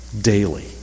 daily